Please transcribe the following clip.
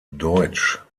deutsch